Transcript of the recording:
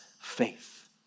faith